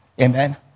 Amen